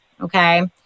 Okay